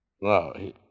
No